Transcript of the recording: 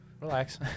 relax